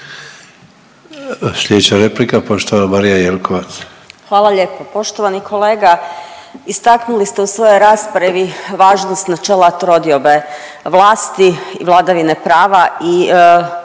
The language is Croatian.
**Jelkovac, Marija (HDZ)** Hvala lijepo. Poštovani kolega, istaknuli ste u svojoj raspravi važnost načela trodiobe vlasti vladavine prava i